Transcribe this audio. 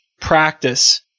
practice